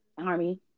army